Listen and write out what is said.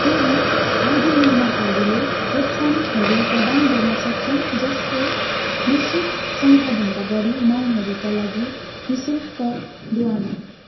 केही आइडी निर्माताहरूले प्रोत्साहनहरू प्रदान गर्न सक्छन् जस्तै निश्चित सङ्ख्याभन्दा बढी मङहरूका लागि निःशुल्क ढुवानी